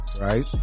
Right